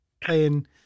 playing